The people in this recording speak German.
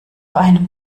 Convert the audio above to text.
einem